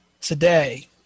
Today